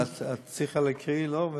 אבל את צריכה להקריא, לא?